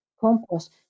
compost